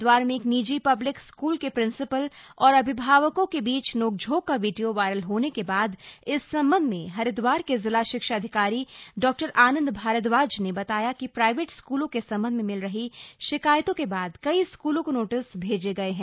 हरिद्वार में एक निजी पब्लिक स्कूल के प्रिंसिपल और अभिभावकों के बीच नोकझोंक का वीडियो वायरल होने के बाद इस संबंध में हरिद्वार के जिला शिक्षा अधिकारी डॉ आनंद भारद्वाज ने बताया की प्राइवेट स्कूलों के संबंध में मिल रही शिकायतों के बाद कई स्कूलों को नोटिस भेजे गए हैं